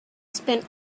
spent